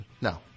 no